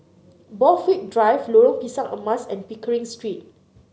Borthwick Drive Lorong Pisang Emas and Pickering Street